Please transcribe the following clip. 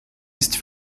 ist